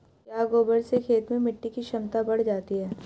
क्या गोबर से खेत में मिटी की क्षमता बढ़ जाती है?